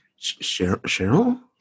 Cheryl